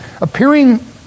appearing